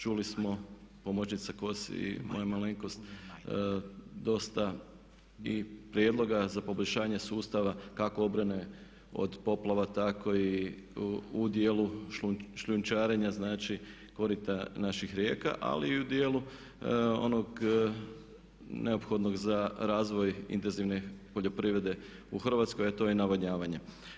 Čuli smo pomoćnica Kos i moja malenkost dosta i prijedloga za poboljšanje sustava kako obrane od poplava, tako i u dijelu šljunčarenja, znači korita naših rijeka, ali i u dijelu onog neophodnog za razvoj intenzivne poljoprivrede u Hrvatskoj, a to je navodnjavanje.